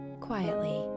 quietly